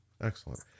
Excellent